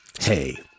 Hey